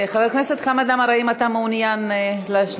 חבר הכנסת חמד עמאר, האם אתה מעוניין להשיב?